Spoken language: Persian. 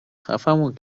خفهمون